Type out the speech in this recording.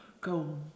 go